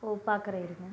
ஓ பார்க்குறன் இருங்க